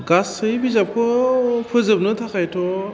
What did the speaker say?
गासै बिजाबखौ फोजोबनो थाखायथ'